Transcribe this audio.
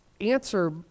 answer